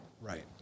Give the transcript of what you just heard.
Right